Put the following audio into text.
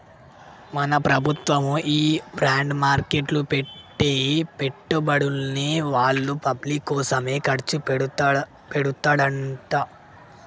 మన ప్రభుత్వము ఈ బాండ్ మార్కెట్లో పెట్టి పెట్టుబడుల్ని వాళ్ళ పబ్లిక్ కోసమే ఖర్చు పెడతదంట